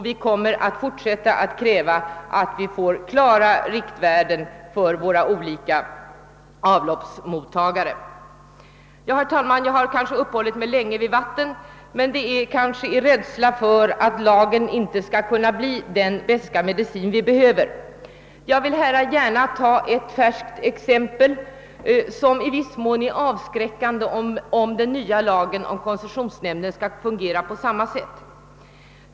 Vi kommer att fortsätta att kräva klara riktvärden för olika avloppsmottagare. Jag har kanske, herr talman, uppehållit mig länge vid vattnet, men det har skett i rädsla för att lagen inte skall kunna bli den beska medicin vi behöver. Jag vill gärna ta ett färskt exempel, som i viss mån är avskräckande, om den nya lagen angående koncessionsnämnd skall fungera på samma sätt.